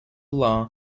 law